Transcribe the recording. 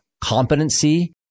competency